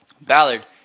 Ballard